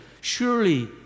surely